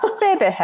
Baby